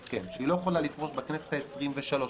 במצב הנוכחי לכנסת העשרים-וארבע או לא?